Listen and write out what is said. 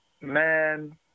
man